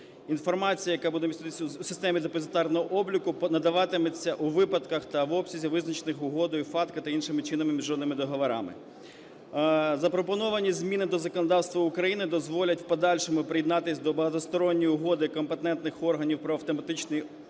Інформація, яка буде міститися у системі депозитарного обліку, надаватиметься у випадках та в обсязі, визначених Угодою FATCA та іншими чинними міжнародними договорами. Запропоновані зміни до законодавства України дозволять в подальшому приєднатись до багатосторонньої угоди компетентних органів про автоматичний обмін